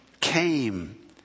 came